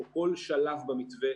או כל שלב במתווה,